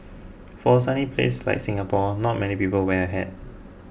for a sunny place like Singapore not many people wear a hat